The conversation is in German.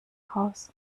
raus